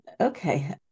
okay